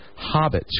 hobbits